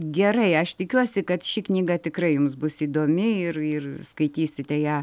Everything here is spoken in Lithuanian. gerai aš tikiuosi kad ši knyga tikrai jums bus įdomi ir ir skaitysite ją